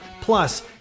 Plus